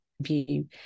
view